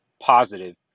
positive